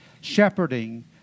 shepherding